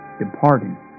departing